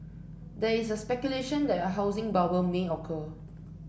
there is speculation that a housing bubble may occur